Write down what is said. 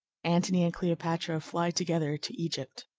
antony and cleopatra fly together to egypt.